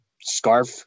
scarf